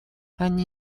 они